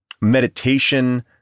meditation